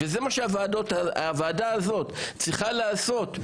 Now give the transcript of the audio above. זה מה שהוועדה הזאת צריכה לעשות,